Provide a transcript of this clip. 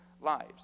lives